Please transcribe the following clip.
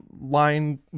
line